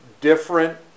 different